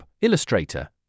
Illustrator